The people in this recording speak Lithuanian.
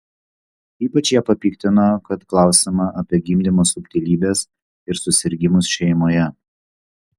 ypač ją papiktino kad klausiama apie gimdymo subtilybes ir susirgimus šeimoje